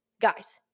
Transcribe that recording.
guys